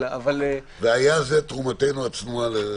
והייתה זו תרומתנו הצנועה.